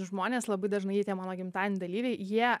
žmonės labai dažnai tie mano gimtadienio dalyviai jie